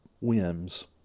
whims